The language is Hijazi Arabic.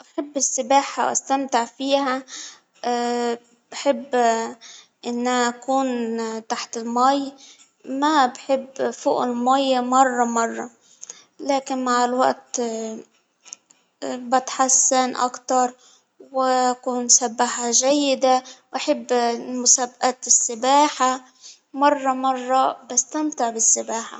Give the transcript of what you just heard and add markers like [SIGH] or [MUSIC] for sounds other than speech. أحب السباحة وأستمتع فيها [HESITATION] بحب [HESITATION] أن أكون تحت المي ، ما بحب فوق المي مرة مرة، لكن مع الوقت [HESITATION] بتحسن أكتر وأكون سباحة جيدة، أحب المسابقة السباحة، مرة مرة باستمتع بالسباحة.